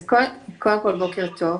אז קודם כל בוקר טוב,